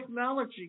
Technology